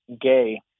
gay